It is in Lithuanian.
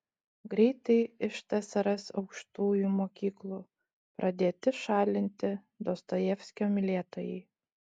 greitai iš tsrs aukštųjų mokyklų pradėti šalinti dostojevskio mylėtojai